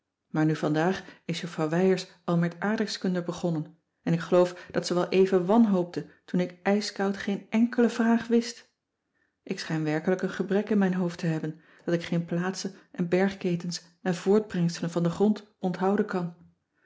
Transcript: maar nu vandaag is juffrouw wijers al met aardrijkskunde begonnen en ik geloof dat ze wel even wanhoopte toen ik ijskoud geen enkele vraag wist ik schijn werkelijk een gebrek in mijn hoofd te hebben dat ik geen plaatsen en bergketens en voortbrengselen van den grond onthouden kan